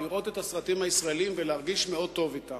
לראות את הסרטים הישראליים ולהרגיש מאוד טוב אתם.